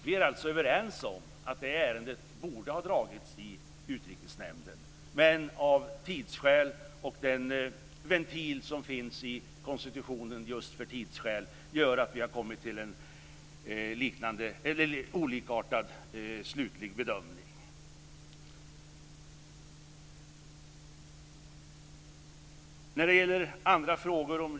Vi är överens om att ärendet borde har föredragits i Utrikesnämnden, men på grund av den ventil som finns i konstitutionen för tidsskäl har vi gjort olikartade slutliga bedömningar. När det gäller andra frågor som t.ex.